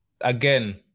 again